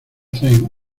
tren